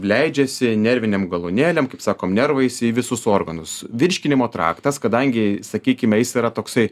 leidžiasi nervinėm galūnėlėm kaip sakom nervais į visus organus virškinimo traktas kadangi sakykime jis yra toksai